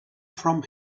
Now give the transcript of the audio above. from